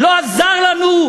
לא עזר לנו,